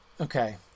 Okay